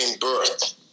Birth